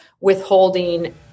withholding